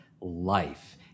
life